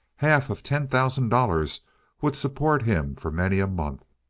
half of ten thousand dollars would support him for many a month.